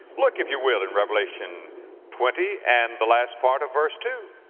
look if you will in revelation twenty and the last part of verse two,